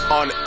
on